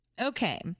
Okay